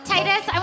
Titus